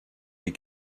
des